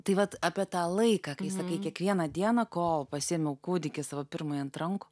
tai vat apie tą laiką kai sakai kiekvieną dieną kol pasiėmiau kūdikį savo pirmąjį ant rankų